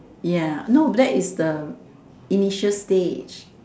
ya no that is the initial stage